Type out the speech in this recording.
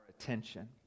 attention